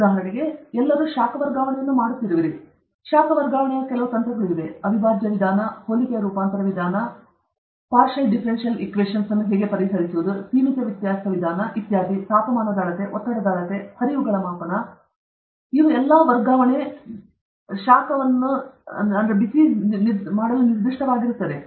ಉದಾಹರಣೆಗೆ ನೀವು ಎಲ್ಲರೂ ಶಾಖ ವರ್ಗಾವಣೆಯನ್ನು ಮಾಡುತ್ತಿರುವಿರಿ ಶಾಖ ವರ್ಗಾವಣೆಯ ಕೆಲವು ತಂತ್ರಗಳು ಇವೆ ಅವಿಭಾಜ್ಯ ವಿಧಾನ ಹೋಲಿಕೆಯ ರೂಪಾಂತರ ವಿಧಾನ ಸರಿ ಭಾಗಶಃ ಡಿಫರೆನ್ಷಿಯಲ್ ಸಮೀಕರಣಗಳನ್ನು ಹೇಗೆ ಪರಿಹರಿಸುವುದು ಸೀಮಿತ ವ್ಯತ್ಯಾಸ ವಿಧಾನ ಸರಿ ತಾಪಮಾನದ ಅಳತೆ ಒತ್ತಡದ ಅಳತೆ ಹರಿವುಗಳ ಮಾಪನ ಸಹ ಇವುಗಳು ನಾನು ಅರ್ಥ ಇವು ಎಲ್ಲಾ ವರ್ಗಾವಣೆ ಬಿಸಿ ಮಾಡಲು ನಿರ್ದಿಷ್ಟವಾಗಿರುತ್ತವೆ